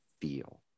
feel